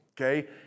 okay